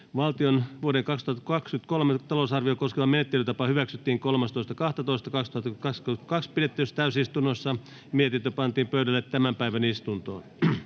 Valtion vuoden 2023 talousarviota koskeva menettelytapa hyväksyttiin 13.12.2022 pidetyssä täysistunnossa ja mietintö pantiin pöydälle tämän päivän istuntoon.